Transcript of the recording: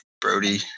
Brody